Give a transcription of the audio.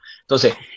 Entonces